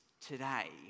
today